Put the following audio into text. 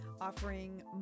offering